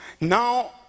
Now